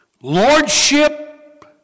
Lordship